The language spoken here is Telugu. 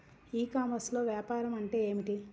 ఈ కామర్స్లో వ్యాపారం అంటే ఏమిటి?